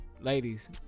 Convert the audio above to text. Ladies